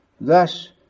Thus